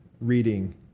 reading